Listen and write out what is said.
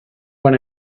when